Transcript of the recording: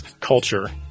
culture